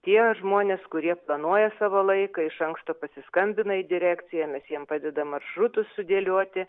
tie žmonės kurie planuoja savo laiką iš anksto pasiskambina į direkciją mes jiem padedam maršrutus sudėlioti